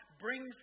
brings